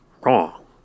wrong